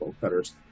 Cutters